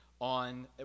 on